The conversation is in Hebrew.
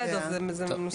בדיוק.